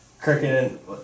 Cricket